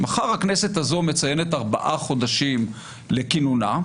מחר הכנסת הזאת מציינת ארבעה חודשים לכינונה.